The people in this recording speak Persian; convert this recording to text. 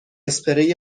اسپری